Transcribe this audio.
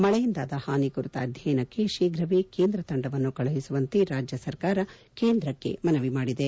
ಮಳೆಯಿಂದಾದ ಹಾನಿ ಕುರಿತ ಅಧ್ಯಯನಕ್ಕೆ ತೀಫ್ರ ಕೇಂದ್ರ ತಂಡವನ್ನು ಕಳುಹಿಸುವಂತೆ ರಾಜ್ಯ ಸರ್ಕಾರ ಕೇಂದ್ರಕ್ಕೆ ಮನವಿ ಮಾಡಿದೆ